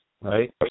right